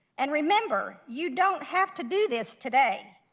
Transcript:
and remember, you don't have to do this today.